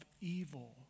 evil